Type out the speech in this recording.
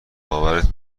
باورت